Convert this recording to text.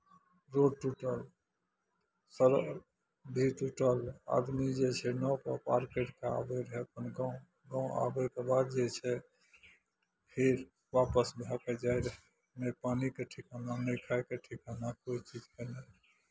road टूटल सड़क भी टूटल आदमी जे छै नावपर पार करि कऽ आबैत रहय अपन गाँव गाँव आबयके बाद जे छै फेर वापस भऽ कऽ जाइत रहय नहि पानिके ठिकाना नहि खाइके ठिकाना कोइ चीजके नहि